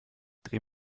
dreh